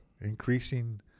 increasing